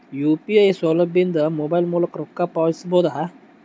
UPI ಸೌಲಭ್ಯ ಇಂದ mobile ಮೂಲಕ ರೊಕ್ಕ ಪಾವತಿಸ ಬಹುದಾ?